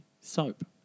soap